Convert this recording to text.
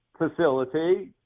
facility